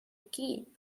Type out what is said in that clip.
keep